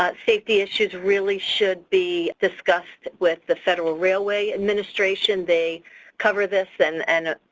but safety issues really should be discussed with the federal railway administration. they cover this and, and,